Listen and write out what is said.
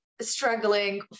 struggling